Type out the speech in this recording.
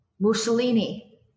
Mussolini